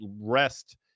rest